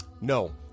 No